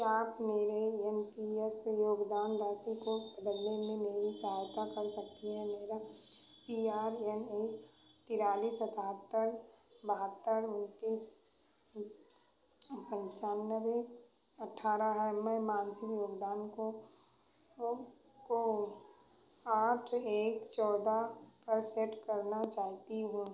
क्या आप मेरे एन पी एस योगदान राशि को बदलने में मेरी सहायता कर सकते हैं मेरा पी आर एन ए तिरालिस सतहत्तर बहत्तर उनतीस पंचानबे अठारह है मैं मासिक योगदान को आठ एक चौदह पर सेट करना चाहती हूँ